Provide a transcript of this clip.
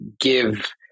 give